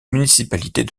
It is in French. municipalités